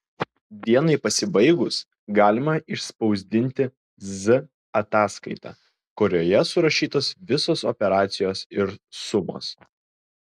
dienai pasibaigus galima išspausdinti z ataskaitą kurioje surašytos visos operacijos ir sumos